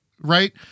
right